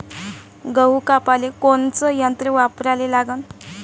गहू कापाले कोनचं यंत्र वापराले लागन?